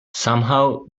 somehow